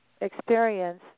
experience